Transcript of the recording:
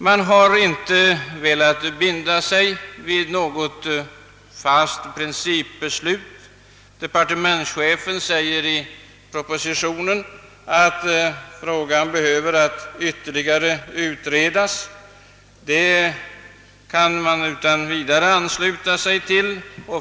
Man har emellertid inte velat binda sig vid något principbeslut. Departementschefen säger i propositionen att frågan behöver utredas ytterligare. Det uttalandet kan man utan vidare ansluta sig till.